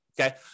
okay